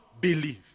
believe